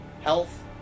health